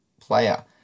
player